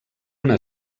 una